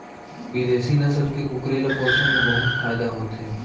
बिदेसी नसल के कुकरी ल पोसे म बहुत फायदा होथे